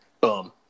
Boom